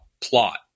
plot